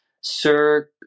Sir